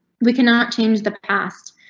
we cannot change the past,